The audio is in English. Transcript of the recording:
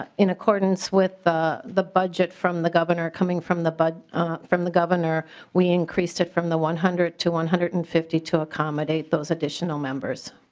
ah in accordance with the the budget from the governor coming from the but from the governor we increased it from the one hundred to one hundred and fifty two ah and those additional members.